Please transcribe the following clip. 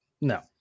no